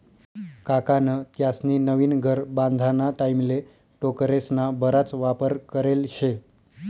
काकान त्यास्नी नवीन घर बांधाना टाईमले टोकरेस्ना बराच वापर करेल शे